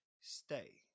Stay